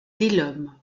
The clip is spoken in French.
delhomme